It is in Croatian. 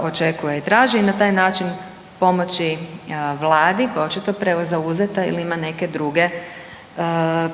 očekuje i traži i na taj način pomoći Vladi koja je očito prezauzeta ili ima neke druge